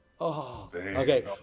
Okay